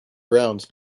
around